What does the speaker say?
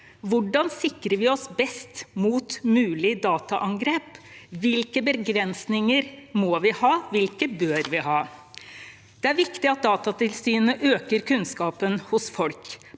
Hvordan sikrer vi oss best mot mulige dataangrep? Hvilke begrensinger må vi ha? Hvilke bør vi ha? Det er viktig at Datatilsynet øker kunnskapen hos folk.